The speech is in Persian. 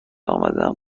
آمدم